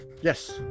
yes